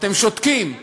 אתם שותקים.